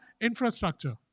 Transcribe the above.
infrastructure